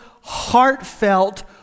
heartfelt